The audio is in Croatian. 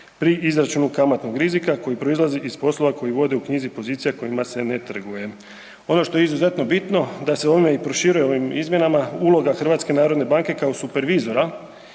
pri izračunu kamatnog rizika koji proizlazi iz poslova koji vode u knjizi pozicija kojima se ne trguje. Ono što je izuzetno bitno da se u ovome i proširuje ovim izmjenama uloga HNB-a kao supervizora